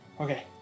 Okay